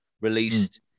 released